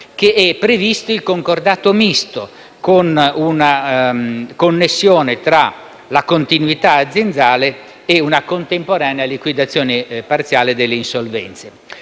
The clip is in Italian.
prevedendo il concordato misto, con una connessione tra la continuità aziendale e una contemporanea liquidazione parziale delle insolvenze.